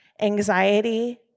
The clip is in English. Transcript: anxiety